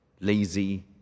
lazy